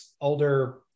older